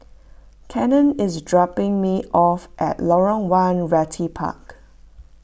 Cannon is dropping me off at Lorong one Realty Park